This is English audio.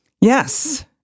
Yes